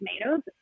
tomatoes